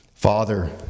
Father